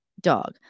dog